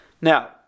Now